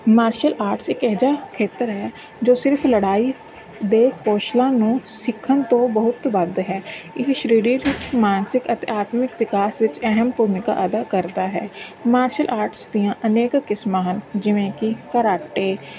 martial arts ਇੱਕ ਇਹੋ ਜਿਹਾ ਖੇਤਰ ਹੈ ਜੋ ਸਿਰਫ ਲੜਾਈ ਦੇ ਕੌਸ਼ਲ ਨੂੰ ਸਿੱਖਣ ਤੋਂ ਬਹੁਤ ਵੱਧ ਹੈ ਇਹ ਸਰੀਰਿਕ ਮਾਨਸਿਕ ਅਤੇ ਆਤਮਿਕ ਵਿਕਾਸ ਵਿੱਚ ਅਹਿਮ ਭੂਮਿਕਾ ਅਦਾ ਕਰਦਾ ਹੈ ਮਾਰਸ਼ਲ ਆਰਟਸ ਦੀਆਂ ਅਨੇਕ ਕਿਸਮਾਂ ਹਨ ਜਿਵੇਂ ਕਿ ਕਰਾਟੇ